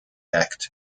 act